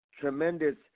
tremendous